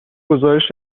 گزارش